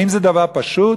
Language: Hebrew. האם זה דבר פשוט?